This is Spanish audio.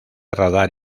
radar